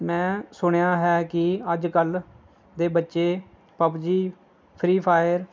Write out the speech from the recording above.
ਮੈਂ ਸੁਣਿਆ ਹੈ ਕਿ ਅੱਜ ਕੱਲ੍ਹ ਦੇ ਬੱਚੇ ਪਬਜੀ ਫ੍ਰੀ ਫਾਇਰ